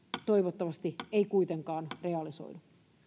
toivottavasti riski ei kuitenkaan realisoidu